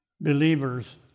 believers